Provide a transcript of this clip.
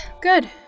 Good